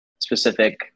specific